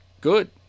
good